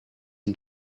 and